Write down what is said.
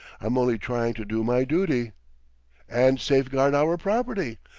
i'm only trying to do my duty and safeguard our property.